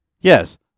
Yes